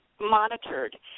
monitored